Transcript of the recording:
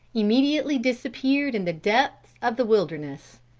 immediately disappeared in the depths of the wilderness.